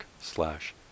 slash